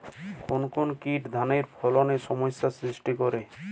কোন কোন কীট ধানের ফলনে সমস্যা সৃষ্টি করে?